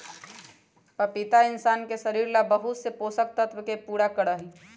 पपीता इंशान के शरीर ला बहुत से पोषक तत्व के पूरा करा हई